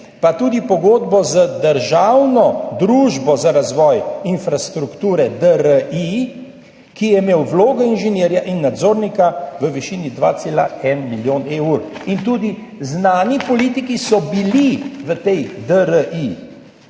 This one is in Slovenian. pa tudi pogodbo z državno Družbo za razvoj infrastrukture DRI, ki je imela vlogo inženirja in nadzornika, v višini 2,1 milijona evrov. Tudi znani politiki so bili v DRI.